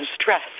stress